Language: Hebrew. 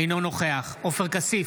אינו נוכח עופר כסיף,